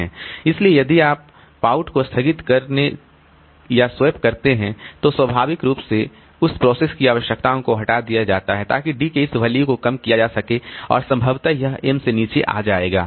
इसलिए यदि आप पाउट को स्थगित या स्वैप करते हैं तो स्वाभाविक रूप से उस प्रोसेस की आवश्यकताओं को हटा दिया जाता है ताकि D के इस वैल्यू को कम किया जा सके और संभवतः यह m से नीचे आ जाएगा